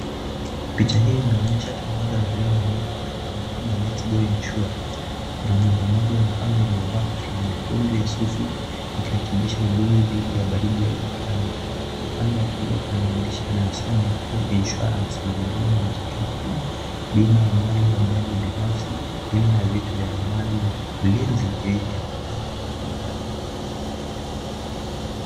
Picha hii inaonyesha tangazo la bima ya nyumba kutoka kampuni ya LET'S GO INSURE. Kuna nyumba ndogo ya mfano iliyofaa kofia ndogo ya sufu ikiwakilisha Ulinzi dhiti ya baridi ya huatri. Upande ya kulia kuna maandishi yanayosema HOME INSURANCE na huduma wanazotoa pima ya mali ya ajali binafsi , pima ya vitu vya dhamani na Ulinzi dhiti ya majanga mbalimbali.